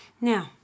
Now